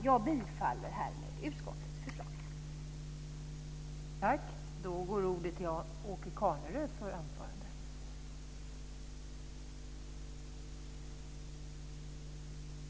Jag yrkar härmed bifall till förslaget i utskottets betänkande.